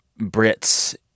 Brits